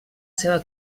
seva